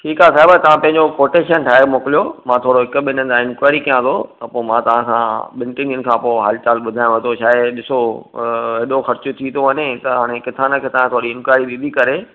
ठीकु आहे साहिबु तव्हां पंहिंजो कोटेशन ठाहे मोकिलियो मां थोरो हिकु बिन्हिनि सां इन्क्वारी कयां पोइ मां तव्हां खां बिन्हीं टिन्हीं ॾींहंनि खां पोइ हालचाल ॿुधाएव थो छा आहे ॾिसो ॿियो ख़र्चु थी थो वञे त हाणे किथा न किथा थोरी इन्क्वारी बि करे